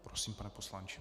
Prosím, pane poslanče.